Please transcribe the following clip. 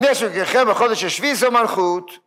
בחודש השביעי זה מלכות.